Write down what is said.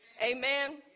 Amen